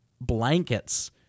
blankets